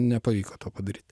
nepavyko to padaryt